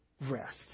rest